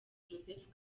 joseph